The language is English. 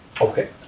Okay